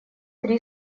три